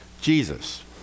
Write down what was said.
Jesus